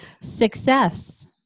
success